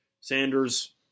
Sanders